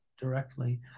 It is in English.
directly